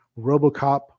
Robocop